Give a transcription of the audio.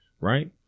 right